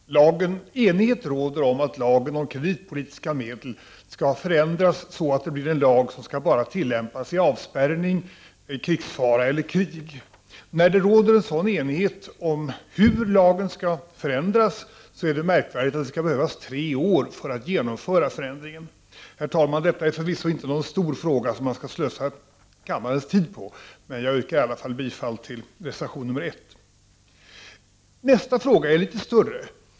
Herr talman! Enighet råder om att lagen om kreditpolitiska medel skall förändras så att det blir en lag som skall tillämpas endast vid avspärrning, vid krigsfara eller i krig. När det råder en sådan enighet om hur lagen skall förändras är det märkligt att det skall behövas tre år för att genomföra förändringen. Herr talman! Detta är förvisso inte någon stor fråga som man skall slösa kammarens tid på, men jag yrkar ändå bifall till reservation 1. Nästa fråga är litet större.